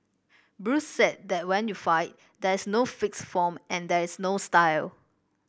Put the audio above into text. Bruce said that when you fight there is no fixed form and there is no style